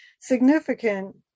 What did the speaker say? significant